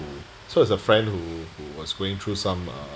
so it's a friend who who was going through some uh